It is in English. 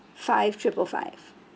five triple five